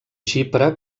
xipre